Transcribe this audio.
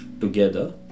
together